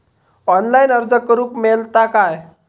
Online अर्ज करूक मेलता काय?